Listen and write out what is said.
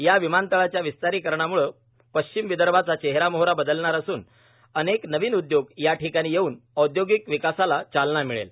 या विमानतळांच्या विस्तारीकरणामुळे पश्चिम विदर्भाचा चेहरामोहरा बदलणार असून अनेक नवीन उदयोग या ठिकाणी येऊन औदयोगिक विकासाला चालना मिळेल